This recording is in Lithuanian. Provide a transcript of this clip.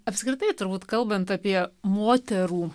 apskritai turbūt kalbant apie moterų